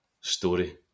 story